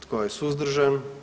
Tko je suzdržan?